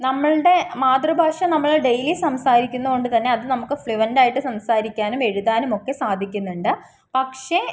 നമ്മുടെ മാതൃഭാഷ നമ്മള് ഡെയിലി സംസാരിക്കുന്നതുകൊണ്ട് തന്നെ അത് നമുക്ക് ഫ്ലുവൻറ്റായിട്ട് സംസാരിക്കാനും എഴുതാനുമൊക്കെ സാധിക്കുന്നുണ്ട് പക്ഷേ